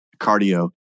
cardio